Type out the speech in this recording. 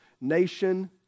nation